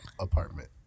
apartment